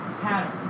pattern